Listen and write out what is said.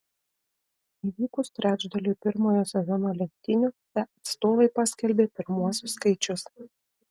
įvykus trečdaliui pirmojo sezono lenktynių fe atstovai paskelbė pirmuosius skaičius